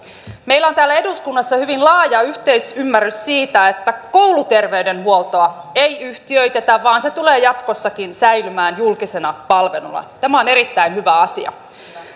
meillä on täällä eduskunnassa hyvin laaja yhteisymmärrys siitä että kouluterveydenhuoltoa ei yhtiöitetä vaan se tulee jatkossakin säilymään julkisena palveluna tämä on erittäin hyvä asia